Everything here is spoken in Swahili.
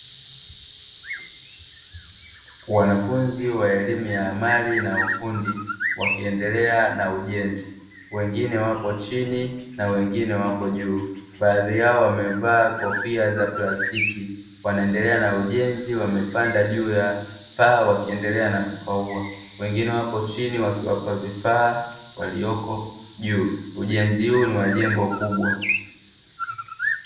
Wanafunzi wa elimu ya amali na ufundi wakiendelea na ujenzi, wengine wapo chini na wengine wapo juu baadhi yao wamevaa kofia za plastiki wanaendelea na ujenzi wamepanda juu ya paa wakiendelea na kupauwa wengine wapo chini wakiwapa vifaa walioko juu ujenzi huu ni wajengo kubwa.